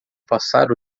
passar